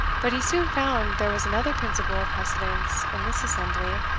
but he soon found there was another principle of precedence in this assembly,